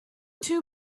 two